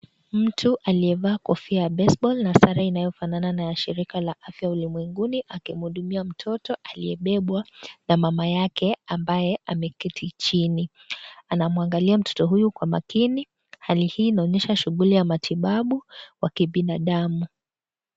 Mtu aliyevaa kofia ya baseball na sare inaofanana na ya shirika la afya ulimwenguni akimhudumia mtoto aliyebebwa na mama yake ambaye ameketi chini. Anamwangalia mtoto huyu kwa makini. Hali hii inaonyesha shughuli ya matibabu kwa kibinadamu.